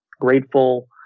grateful